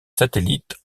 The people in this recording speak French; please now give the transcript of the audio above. satellites